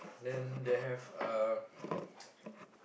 then they have uh